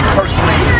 personally